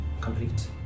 complete